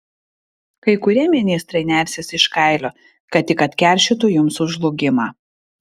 kai kurie ministrai nersis iš kailio kad tik atkeršytų jums už žlugimą